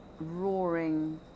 roaring